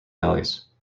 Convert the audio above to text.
alleys